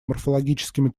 морфологическими